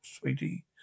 sweetie